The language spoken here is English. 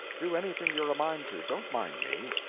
do anything you're a mind to don't mind me.